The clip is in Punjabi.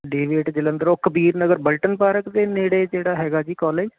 ਡੇਵੀਟ ਜਲੰਧਰ ਉਹ ਕਬੀਰ ਨਗਰ ਬਲਟਨ ਪਾਰਕ ਦੇ ਨੇੜੇ ਜਿਹੜਾ ਹੈਗਾ ਜੀ ਕਾਲਜ